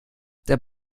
der